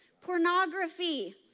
Pornography